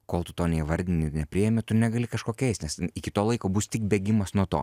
kol tu to neįvardini ir nepriimi tu negali kažko keist nes iki to laiko bus tik bėgimas nuo to